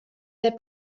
der